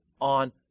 on